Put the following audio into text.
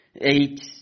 eight